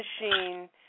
machine